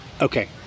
Okay